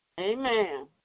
Amen